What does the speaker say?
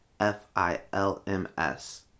F-I-L-M-S